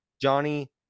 Johnny